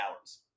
hours